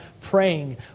praying